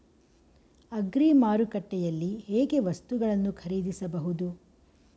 Agri ಮಾರುಕಟ್ಟೆಯಲ್ಲಿ ಹೇಗೆ ವಸ್ತುಗಳನ್ನು ಖರೀದಿಸಬಹುದು?